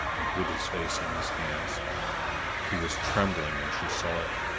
and hid his face in his hands he was trembling, and she saw it.